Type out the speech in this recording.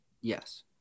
Yes